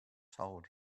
told